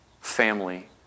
family